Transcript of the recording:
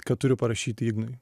kad turiu parašyti ignui